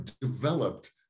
developed